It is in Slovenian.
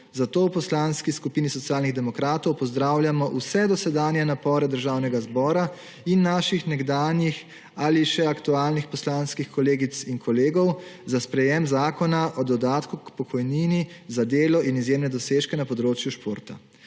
zato v Poslanski skupini Socialnih demokratov pozdravljamo vse dosedanje napore Državnega zbora in naših nekdanjih ali še aktualnih poslanskih kolegic in kolegov za sprejetje Zakona o dodatku k pokojnini za delo in izjemne dosežke na področju športa.